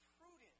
prudent